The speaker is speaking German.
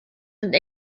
sind